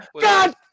God